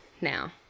now